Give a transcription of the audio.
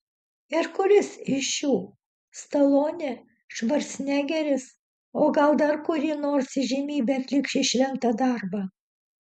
ir kuris iš šių stalonė švarcnegeris o gal dar kuri nors įžymybė atliks šį šventą darbą